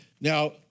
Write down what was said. now